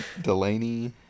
Delaney